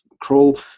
crawl